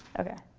ok.